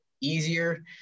easier